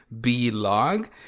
B-Log